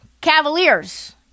Cavaliers